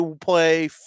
play